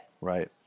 Right